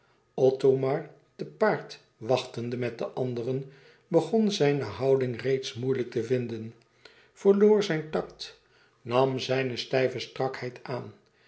te paard wachtende met de anderen begon zijne houding reeds moeilijk te vinden verloor zijn tact nam zijne stijve strakheid aan